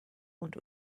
und